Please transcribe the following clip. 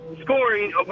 scoring